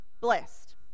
blessed